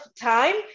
time